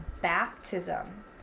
baptism